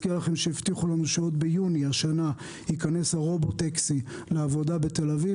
הבטיחו לנו שעוד ביוני השנה ייכנס הרובוט טקסי לעבודה בתל אביב.